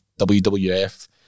WWF